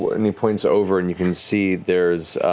but and he points over and you can see there's